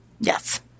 Yes